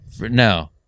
No